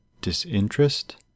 disinterest